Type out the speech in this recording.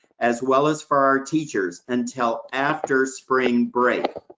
as well as for our teachers, until after spring break.